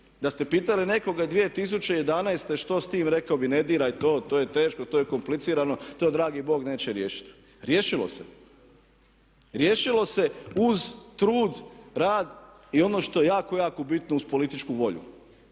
Da ste pitali nekoga 2011. što s time rekao bi ne diraj to, to je teško, to je komplicirano, to dragi Bog neće riješiti. Riješilo se. Riješilo se uz trud, rad i ono što je jako, jako bitno uz političku volju.